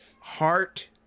heart